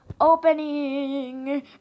opening